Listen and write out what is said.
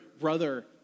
brother